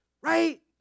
right